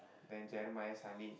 then Jeremiah suddenly